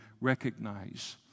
recognize